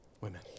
Women